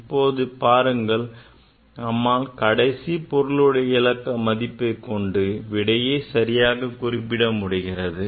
இப்போது பாருங்கள் நம்மால் கடைசி பொருளுடைய இலக்கம் மதிப்பை கொண்டு விடையை சரியாக குறிப்பிட முடிகிறது